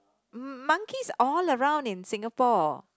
monkeys all around in Singapore